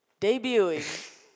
debuting